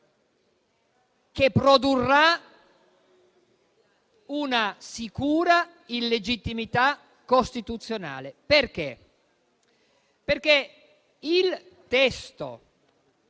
che produrrà una sicura illegittimità costituzionale, perché il testo,